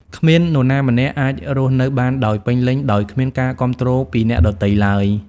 គ្មាននរណាម្នាក់អាចរស់នៅបានដោយពេញលេញដោយគ្មានការគាំទ្រពីអ្នកដទៃឡើយ។